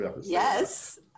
yes